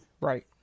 Right